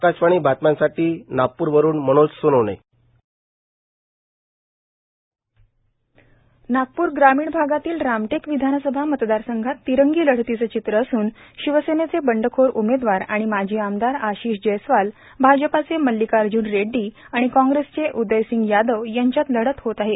आकाशवाणीच्या बातम्यांसाठी नागपूरवरून मनोज सोनोने नागपूर ग्रामीण भागातील रामटेक विधानसभा मतदारसंघात तिरंगी लढतीचे चित्र असून शिवसेनेचे बंडखोर उमेदवार आणि माजी आमदार आशिष जैयस्वाल भाजपाचे मल्लिकार्जुन रेड्डी आणि काँग्रेसचे उदयसिंग यादव यांच्यात लढत होणार आहे